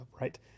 right